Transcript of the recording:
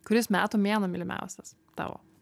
kuris metų mėnuo mylimiausias tavo